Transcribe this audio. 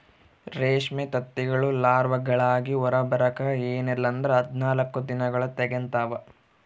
ರೇಷ್ಮೆ ತತ್ತಿಗಳು ಲಾರ್ವಾಗಳಾಗಿ ಹೊರಬರಕ ಎನ್ನಲ್ಲಂದ್ರ ಹದಿನಾಲ್ಕು ದಿನಗಳ್ನ ತೆಗಂತಾವ